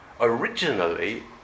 originally